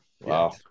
Wow